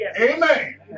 Amen